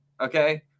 okay